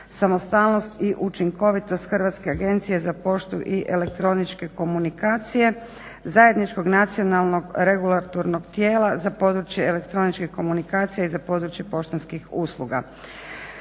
samostalnost i učinkovitost Hrvatske agencije za poštu i elektroničke komunikacije zajedničkog Nacionalnog regulatornog tijela za područje elektroničke komunikacije i za područje poštanskih usluga.